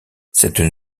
cette